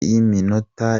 y’iminota